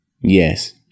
Yes